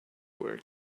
were